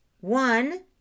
One